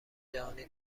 جهانی